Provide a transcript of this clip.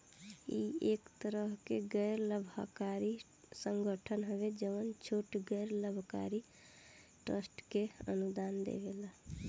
इ एक तरह के गैर लाभकारी संगठन हवे जवन छोट गैर लाभकारी ट्रस्ट के अनुदान देवेला